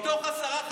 מתוך עשרה חברים,